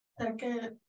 Second